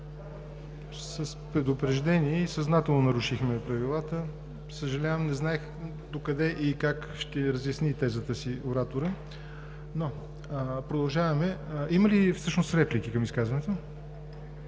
С предупреждение, ние съзнателно нарушихме Правилата. Съжалявам, не знаех докъде и как ще разясни тезата си ораторът, но продължаваме. Има ли реплики към изказването?